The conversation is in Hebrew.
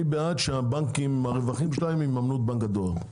אני בעד שהבנקים עם הרווחים שלהם יממנו את בנק הדואר.